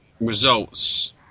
results